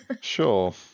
Sure